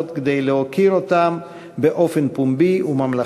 כדי להוקיר אותם באופן פומבי וממלכתי,